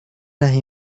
las